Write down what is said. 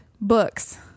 books